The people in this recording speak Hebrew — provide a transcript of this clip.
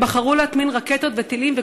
הם בחרו להטמין רקטות וטילים,